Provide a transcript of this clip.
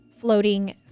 floating